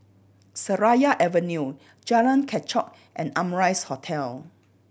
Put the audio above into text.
Seraya Avenue Jalan Kechot and Amrise Hotel